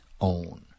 own